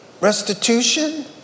Restitution